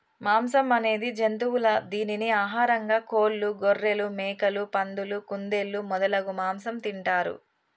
మాంసం అనేది జంతువుల దీనిని ఆహారంగా కోళ్లు, గొఱ్ఱెలు, మేకలు, పందులు, కుందేళ్లు మొదలగు మాంసం తింటారు